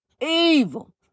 Evil